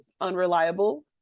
unreliable